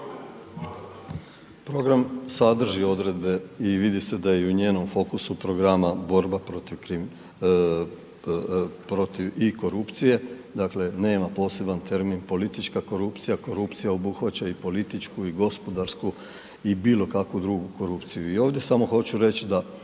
Program sadrži odredbe i vidi se da je i njenom fokusu programa borba protiv .../Govornik se ne razumije./... protiv i korupcije, dakle nema poseban termin politička korupcija, korupcija obuhvaća i političku i gospodarsku i bilo kakvu drugu korupciju. I ovdje samo hoću reći da